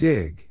Dig